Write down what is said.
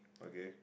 okay